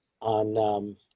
on